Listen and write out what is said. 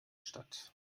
statt